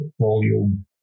volume